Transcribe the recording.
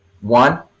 One